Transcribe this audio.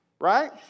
right